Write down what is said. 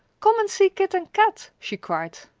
come and see kit and kat, she cried.